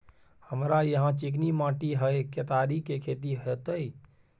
हमरा यहाँ चिकनी माटी हय केतारी के खेती होते?